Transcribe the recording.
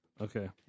Okay